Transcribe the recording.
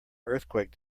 earthquake